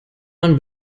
man